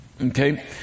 okay